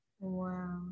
Wow